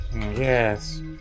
Yes